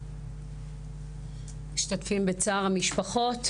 משתתפים בצער המשפחות.